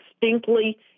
distinctly